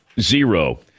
zero